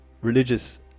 religious